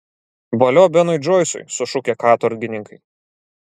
valio benui džoisui sušukę katorgininkai